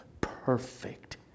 perfect